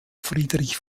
friedrich